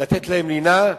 לתת להם לינה,